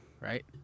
right